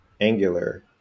Angular